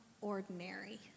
ordinary